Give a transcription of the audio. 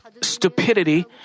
stupidity